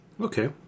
Okay